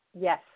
Yes